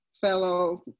fellow